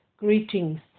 Greetings